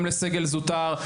גם לסגל זוטר,